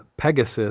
Pegasus